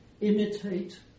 imitate